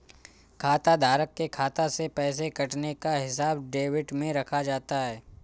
खाताधारक के खाता से पैसे कटने का हिसाब डेबिट में रखा जाता है